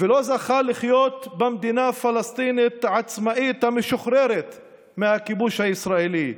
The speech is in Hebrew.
ולא זכה לחיות במדינה הפלסטינית העצמאית המשוחררת מהכיבוש הישראלי,